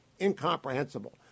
incomprehensible